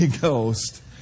Ghost